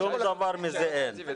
שום דבר מזה אין.